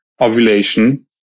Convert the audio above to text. ovulation